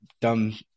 dumb